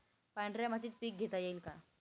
पांढऱ्या मातीत पीक घेता येईल का?